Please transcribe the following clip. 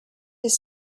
his